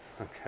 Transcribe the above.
Okay